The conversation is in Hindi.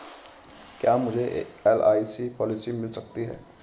क्या मुझे एल.आई.सी पॉलिसी मिल सकती है?